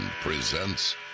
presents